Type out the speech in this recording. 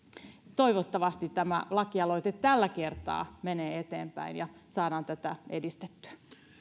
toivottavasti tämä lakialoite tällä kertaa menee eteenpäin ja saadaan tätä edistettyä